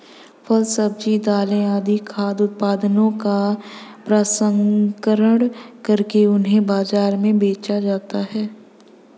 फल, सब्जी, दालें आदि खाद्य उत्पादनों का प्रसंस्करण करके उन्हें बाजार में बेचा जाता है